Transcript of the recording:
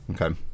okay